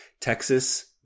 Texas